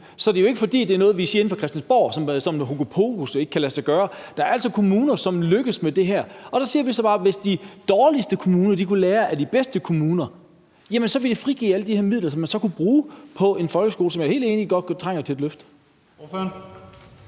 Så det er jo ikke, fordi det er noget, vi siger inde fra Christiansborg – noget hokuspokus, der ikke kan lade sig gøre. Der er altså kommuner, som lykkes med det her. Der siger vi så bare, at hvis de dårligste kommuner kunne lære af de bedste kommuner, så ville det frigive alle de her midler, som man så kunne bruge på en folkeskole, som jeg er helt enig i trænger til et løft.